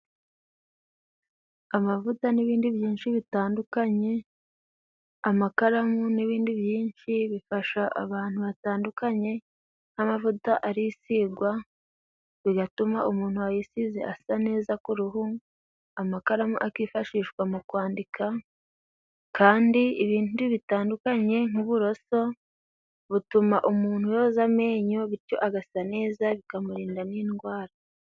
Amavuta n'ibindi byinshi bitandukanye, amakaramu n'ibindi byinshi bifasha abantu batandukanye , nk'amavuta arisigwa bigatuma umuntu wayisize asa neza ku ruhu, amakaramu akifashishwa mu kwandika, kandi ibindi bitandukanye nk'uburoso butuma umuntu yoza amenyo bityo agasa neza bikamurinda n'indwara.